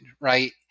right